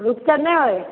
रुपचन नहि हय